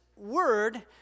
word